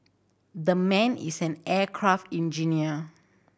the man is an aircraft